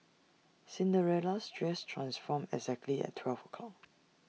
Cinderella's dress transformed exactly at twelve o'clock